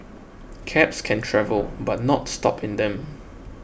cabs can travel but not stop in them